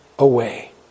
Away